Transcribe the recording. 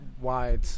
wide